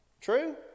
True